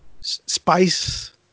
Spice